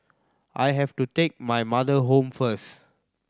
I have to take my mother home first